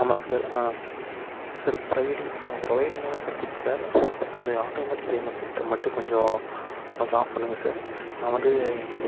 ஆமாம் சார் ஆ sir providing ப்ரொவடிங்லாம் சார் குட் சார் பட் வந்து ஆட்டோமேட்டிக் பேமண்ட் சிஸ்டம் மட்டும் கொஞ்சம் கொஞ்சம் ஆஃப் பண்ணுங்க சார் நான் வந்து